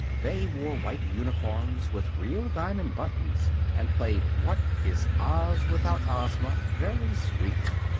they wore white uniforms with real diamond buttons and played what is oz without ozma very sweetly.